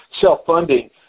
self-funding